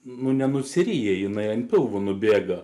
nu nenusirija jinai ant pilvo nubėga